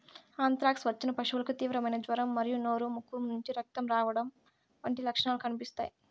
anthrax వచ్చిన పశువుకు తీవ్రమైన జ్వరం మరియు నోరు, ముక్కు నుంచి రక్తం కారడం వంటి లక్షణాలు కనిపిస్తాయి